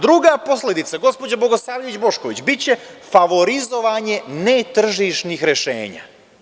Druga posledica, gospođo Bogosavljević Bošković, biće favorizovanje netržišnih rešenja.